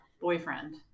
Boyfriend